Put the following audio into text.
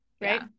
Right